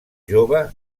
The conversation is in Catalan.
jove